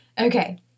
Okay